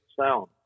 sound